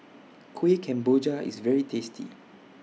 Kueh Kemboja IS very tasty